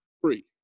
free